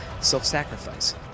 self-sacrifice